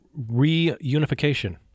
reunification